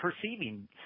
perceiving